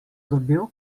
dobil